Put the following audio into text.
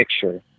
picture